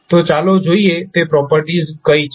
તો ચાલો જોઈએ તે પ્રોપર્ટીઝ કઈ છે